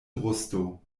brusto